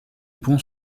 pont